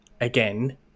again